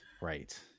Right